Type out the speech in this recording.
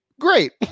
great